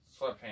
sweatpants